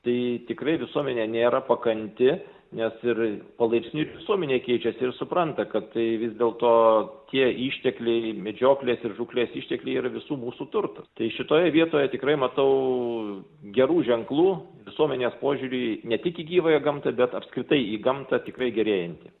tai tikrai visuomenė nėra pakanti nes ir palaipsniui ir visuomenė keičiasi ir supranta kad tai vis dėlto tie ištekliai medžioklės ir žūklės ištekliai yra visų mūsų turtas tai šitoje vietoje tikrai matau gerų ženklų visuomenės požiūriui ne tik į gyvąją gamtą bet apskritai į gamtą tikrai gerėjantį